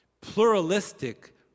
pluralistic